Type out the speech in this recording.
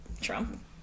Trump